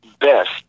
best